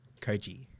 Koji